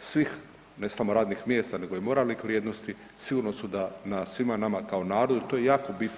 svih, ne samo radnih mjesta, nego i moralnih vrijednosti sigurno su da na svima nama kao narodu to je jako bitno.